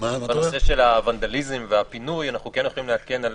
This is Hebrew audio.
הנושא של הוונדליזם והפינוי אנחנו כן יכולים לעדכן על